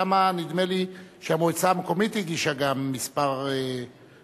נדמה לי שהמועצה המקומית הגישה גם כמה תביעות.